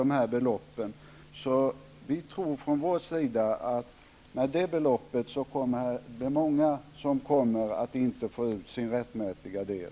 Vi socialdemokrater tror således att det med det här förslaget blir många som inte får ut sin rättmätiga del.